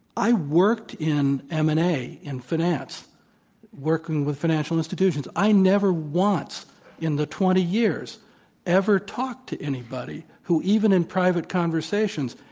i worked in m and a in finance working with financial institutions. i never once in the twenty years ever talked to anybody who, even in private conversations,